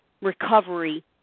recovery